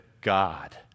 God